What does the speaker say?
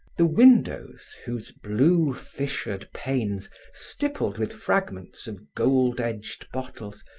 the windows whose blue fissured panes, stippled with fragments of gold-edged bottles,